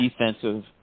defensive